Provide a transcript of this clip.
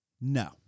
No